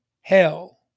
hell